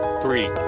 three